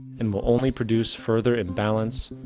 and will only produce further imbalance,